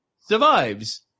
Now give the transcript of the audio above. survives